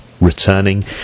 returning